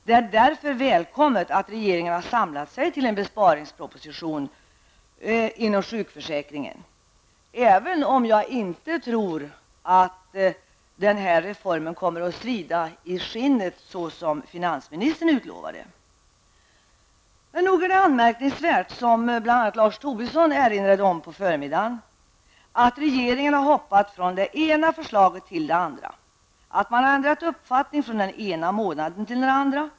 Det är därför välkommet att regeringen har samlat sig till en proposition om besparingar i sjukförsäkringen, även om jag inte tror att den här reformen kommer att svida så mycket i skinnet som finansministern utlovade. Regeringen har hoppat från det ena förslaget till det andra och ändrat uppfattning från den ena månaden till den andra.